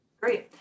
Great